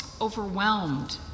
overwhelmed